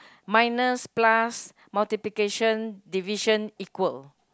minus plus multiplication division equal